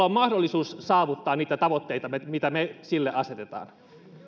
on mahdollisuus saavuttaa niitä tavoitteita mitä me sille asetetaan